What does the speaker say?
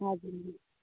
हजुर